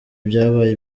byabaye